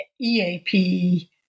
EAP